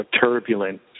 turbulent